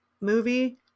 movie